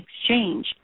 exchange